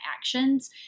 actions